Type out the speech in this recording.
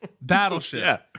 Battleship